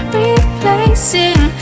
replacing